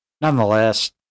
Nonetheless